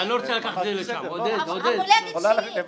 אני לא רוצה לקחת את זה לשם --- זו המולדת שלי.